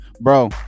bro